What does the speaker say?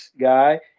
guy